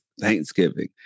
Thanksgiving